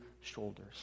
shoulders